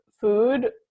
food